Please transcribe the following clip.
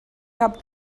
cap